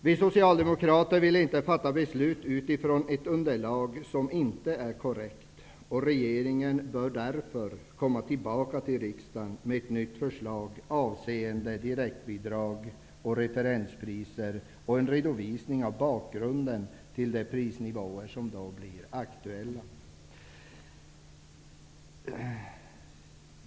Vi socialdemokrater vill inte fatta beslut utifrån ett underlag som inte är korrekt. Regeringen bör därför komma tillbaka till riksdagen med ett nytt förslag avseende direktbidrag och referenspriser och en redovisning av bakgrunden till de prisnivåer som då blir aktuella.